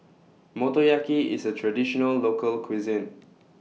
Motoyaki IS A Traditional Local Cuisine